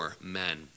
Men